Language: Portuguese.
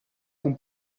com